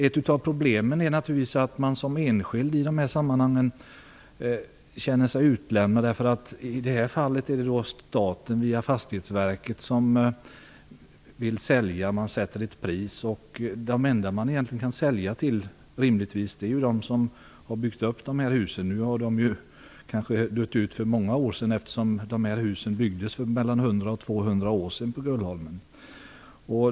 Ett av problemen är naturligtvis att man som enskild i de här sammanhangen känner sig utlämnad. I det här fallet är det staten som vill sälja via Fastighetsverket, och man sätter ett pris. De enda personer som man rimligtvis egentligen kan sälja till är de som har byggt husen. De ursprungliga byggarna har förvisso dött ut för länge sedan, eftersom de här husen på Gullholmen byggdes för mellan 100 och 200 år sedan.